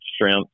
shrimp